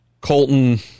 Colton